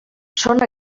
són